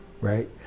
right